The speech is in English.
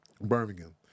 Birmingham